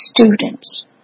students